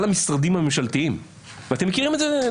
דרך המערכת הממשלתית המכהנת של עובדי הציבור,